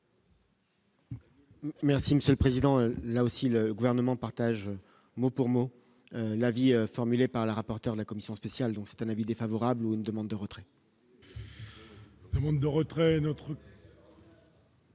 Monsieur le Président, là aussi, le gouvernement partage, mot pour mot l'avis formulé par le rapporteur de la commission spéciale, donc c'est un avis défavorable ou une demande de retrait. Le monde de retrait